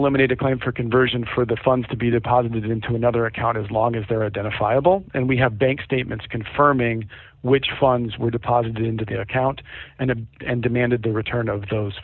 eliminate a claim for conversion for the funds to be deposited into another account as long as they're identifiable and we have bank statements confirming which funds were deposited into the account and if and demanded the return of those